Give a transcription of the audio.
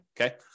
Okay